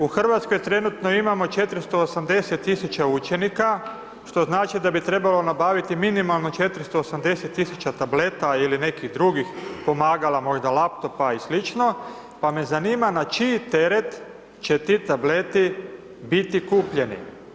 U Hrvatskoj trenutno imamo 480 000 učenika, što znači da bi trebalo nabaviti minimalno 480 000 tableta ili nekih drugih pomagala, možda laptopa i slično pa me zanima na čiji teret će ti tableti biti kupljeni.